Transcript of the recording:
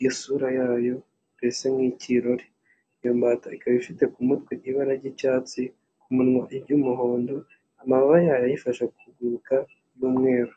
iyo sura yayo, ikaba isa nk'ikirori. Iyo mbata ikaba ifite ku mutwe ibara ry'icyatsi, ku munwa iry'umuhondo, amababa yayo ayifasha kuguruka ari umweru.